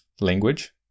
language